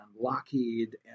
Lockheed